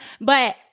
But-